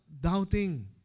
doubting